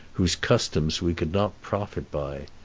whose customs we could not profit by.